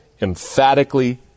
emphatically